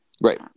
right